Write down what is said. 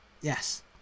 Yes